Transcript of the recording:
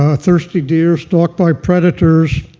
ah thirsty deer stalked by predators.